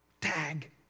Tag